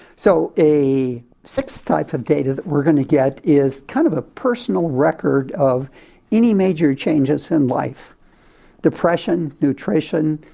so a sixth type of data that we're going to get is kind of a personal record of any major changes in life depression, nutrition,